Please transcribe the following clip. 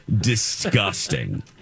disgusting